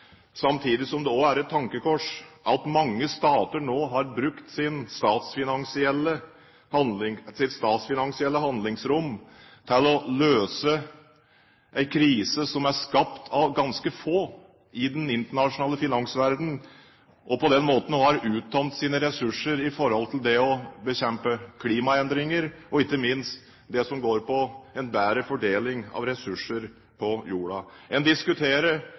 Samtidig er det også et tankekors at mange stater nå har brukt sitt statsfinansielle handlingsrom til å løse en krise som er skapt av ganske få i den internasjonale finansverdenen, og på den måten nå har uttømt sine ressurser med tanke på det å bekjempe klimaendringer og ikke minst det som går på en bedre fordeling av ressurser på jorda. En diskuterer